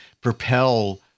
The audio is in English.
propel